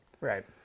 Right